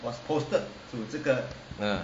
err